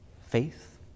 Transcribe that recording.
faith